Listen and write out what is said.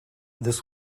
this